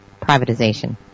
privatization